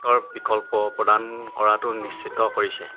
তৰ বিকল্প প্ৰদান কৰাটো নিশ্চিত কৰিছে